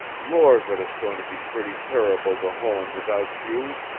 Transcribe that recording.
lord, but it's goin' to be pretty turrible, to home, without you!